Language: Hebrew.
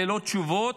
ללא תשובות,